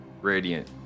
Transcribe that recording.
radiant